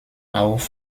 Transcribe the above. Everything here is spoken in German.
auch